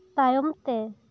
ᱛᱟᱭᱚᱢ ᱛᱮ